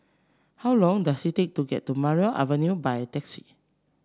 how long does it take to get to Maria Avenue by taxi